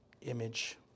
image